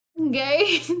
Okay